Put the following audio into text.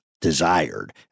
desired